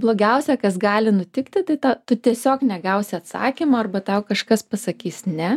blogiausia kas gali nutikti tai ta tu tiesiog negausi atsakymo arba tau kažkas pasakys ne